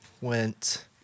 went